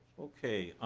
okay.